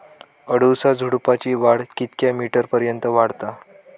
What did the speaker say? अडुळसा झुडूपाची वाढ कितक्या मीटर पर्यंत वाढता?